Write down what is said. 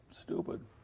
stupid